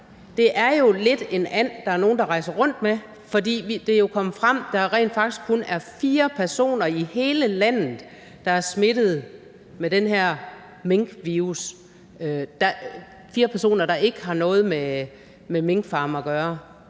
er jo lidt en and, der er nogle der rejser rundt med, fordi det jo er kommet frem, at der rent faktisk kun er fire personer i hele landet, der er smittede med den her minkvirus, fire personer, der ikke har noget med minkfarme at gøre.